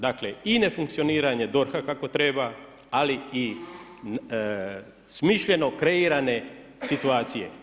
Dakle i ne funkcioniranje DORH-a kako treba, ali i smišljeno kreirane situacije.